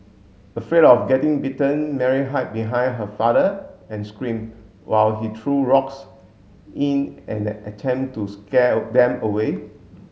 afraid of getting bitten Mary hide behind her father and screamed while he threw rocks in an attempt to scare them away